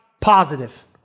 positive